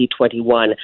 2021